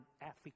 Africa